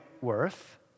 worth